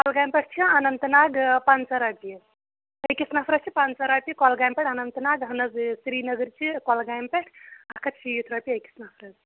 کۄگامہِ پٮ۪ٹھٕ چھِ اَننت ناگ پَنٛژاہ رۄپیہِ أکِس نفرَس چھِ پَنٛژَاہ رۄپیہٕ کۄلگامہِ پٮ۪ٹھ اَننت ناگ اہن حظ یہِ سِریٖنگر چھِ کۄلگامہِ پٮ۪ٹھ اَکھ ہَتھ شیٖتھ رۄپیہٕ أکِس نفرَس